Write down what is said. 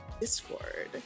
Discord